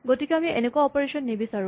গতিকে আমি এনেকুৱা অপাৰেচন নিবিচাৰোঁ